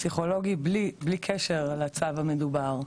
פסיכולוגי בלי קשר לצו המדובר.